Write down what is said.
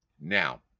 Now